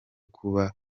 kuba